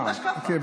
כן,